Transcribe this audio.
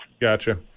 Gotcha